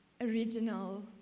original